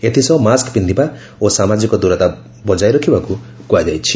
ଏଥିସହ ମାସ୍କ ପିନ୍ଧିବା ଓ ସାମାଜିକ ଦୂରତା ବଜାୟ ରଖିବାକୁ କୁହାଯାଇଛି